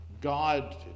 God